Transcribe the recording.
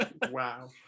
Wow